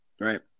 Right